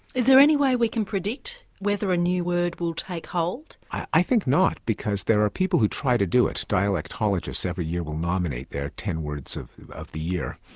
is there any way we can predict whether a new word will take hold? i think not, because there are people who try to do it. dialectologists every year will nominate their ten words of of the year,